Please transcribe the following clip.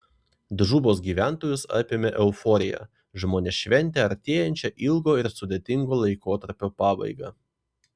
džubos gyventojus apėmė euforija žmonės šventė artėjančią ilgo ir sudėtingo laikotarpio pabaigą